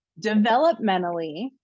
developmentally